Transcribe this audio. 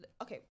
okay